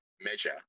measure